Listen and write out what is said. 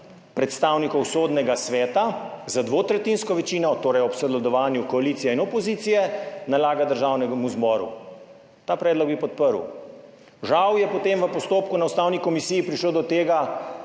predstavnikov Sodnega sveta z dvotretjinsko večino, torej ob sodelovanju koalicije in opozicije, nalaga Državnemu zboru. Ta predlog bi podprl. Žal je potem v postopku na Ustavni komisiji prišlo do tega,